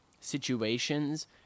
situations